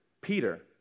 Peter